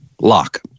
Lock